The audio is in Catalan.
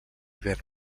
hivern